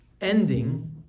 ending